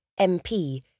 MP